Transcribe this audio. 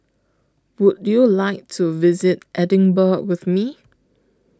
Would YOU like to visit Edinburgh with Me